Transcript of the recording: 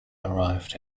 arrived